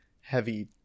heavy